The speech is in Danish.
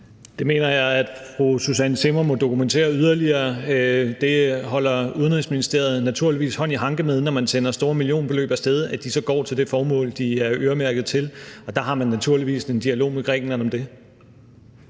Det mener jeg at fru Susanne Zimmer må dokumentere yderligere. Udenrigsministeriet holder naturligvis hånd i hanke med, når man sender store millionbeløb af sted, at de så går til det formål, de er øremærket til. Man har naturligvis en dialog med Grækenland om det.